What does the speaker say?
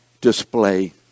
display